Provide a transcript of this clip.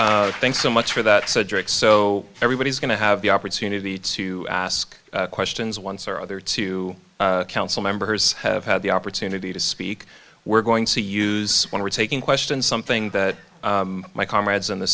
thank thanks so much for that subject so everybody's going to have the opportunity to ask questions once or other two council members have had the opportunity to speak we're going to use when we're taking questions something that my comrades on the